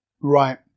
Right